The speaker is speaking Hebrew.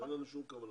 אין לנו שום כוונה.